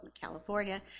California